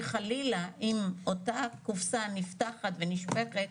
שחלילה אם אותה קופסה נפתחת ונשפכת,